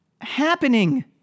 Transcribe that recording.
happening